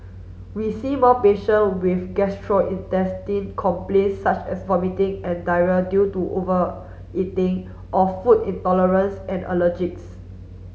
we see more patient with complaint such as vomiting and diarrhoea due to overeating or food intolerance and allergics